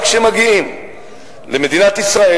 רק כשמגיעים למדינת ישראל,